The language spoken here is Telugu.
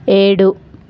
ఏడు